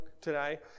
today